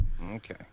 okay